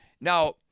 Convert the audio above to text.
Now